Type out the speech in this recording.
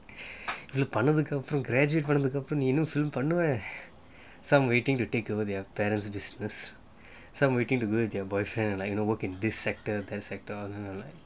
இது பண்ணதுக்கு அப்புறம்:ithu pannathukku appuram graduate பண்ணதுக்கு அப்புறம் நீ இன்னும்:pannathukku appuram nee innum film பண்ணுவே:pannuvae some waiting to take over their parents business some waiting to do with their boyfriend and like you know work in this sector by sector